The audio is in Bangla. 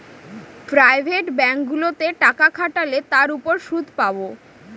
প্রাইভেট ব্যাঙ্কগুলোতে টাকা খাটালে তার উপর সুদ পাবো